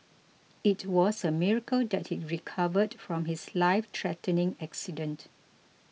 it was a miracle that he recovered from his lifethreatening accident